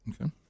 Okay